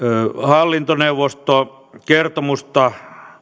hallintoneuvosto kertomusta